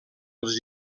els